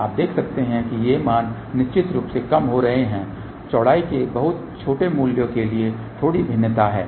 आप देख सकते हैं कि ये मान निश्चित रूप से कम हो रहे हैं चौड़ाई के बहुत छोटे मूल्यों के लिए थोड़ी भिन्नता है